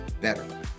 better